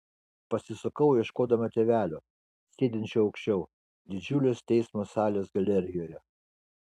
pasisukau ieškodama tėvelio sėdinčio aukščiau didžiulės teismo salės galerijoje